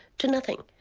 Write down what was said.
to nothing,